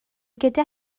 gyda